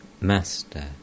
Master